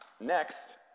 Next